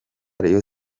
rayon